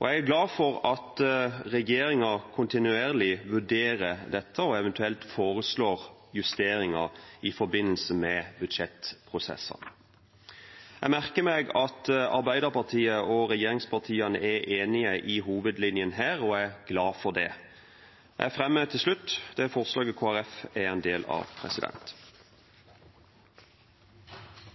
Jeg er glad for at regjeringen vurderer dette kontinuerlig og eventuelt foreslår justeringer i forbindelse med budsjettprosesser. Jeg merker meg at Arbeiderpartiet og regjeringspartiene er enige om hovedlinjen her, og jeg er glad for det. Jeg anbefaler tilrådingen fra komiteen. Da regjeringen i mars varslet